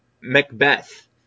Macbeth